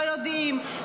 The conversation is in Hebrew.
לא יודעים,